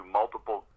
multiple